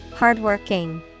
Hardworking